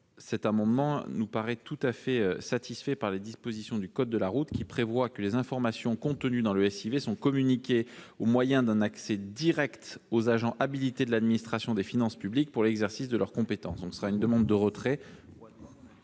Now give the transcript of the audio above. Cet amendement nous paraît tout à fait satisfait par les dispositions du code de la route qui prévoient que les informations contenues dans le SIV sont communiquées, au moyen d'un accès direct, aux agents habilités de l'administration des finances publiques pour l'exercice de leurs compétences. Je vous demande donc de bien